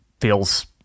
feels